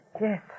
Yes